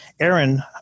Aaron